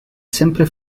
sempre